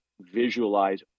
visualize